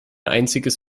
einziges